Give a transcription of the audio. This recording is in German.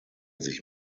sich